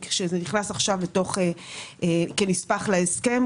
וזה נכנס כנספח להסכם,